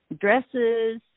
dresses